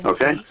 Okay